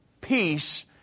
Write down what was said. peace